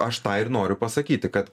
aš tą ir noriu pasakyti kad